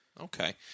Okay